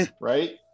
right